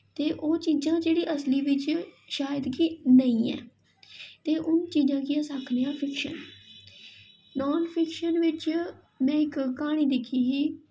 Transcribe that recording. ते ओह् चीजां जेह्ड़ी असली बिच्च शायद गै नेंई ऐ ते ओह् चीजां गी अस आक्खने आं फिक्शन नॉन फिक्शन बिच्च में इक क्हानी दिक्खी ही